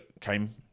came